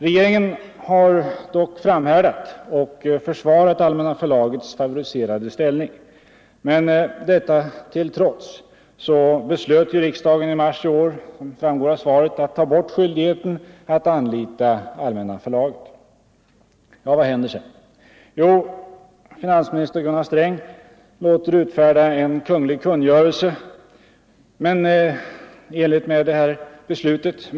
Regeringen har dock framhärdat och försvarat Allmänna förlagets favoriserade ställning. Men detta till trots beslöt riksdagen i mars i år att ta bort skyldigheten för statliga verk och institutioner att anlita Allmänna förlaget. Vad händer sedan? Jo, finansminister Gunnar Sträng låter utfärda en kungl. kungörelse i enlighet med beslutet. Så långt är det bra.